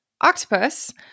octopus